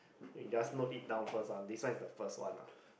we just note it down first lah this one is the first one ah